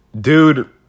Dude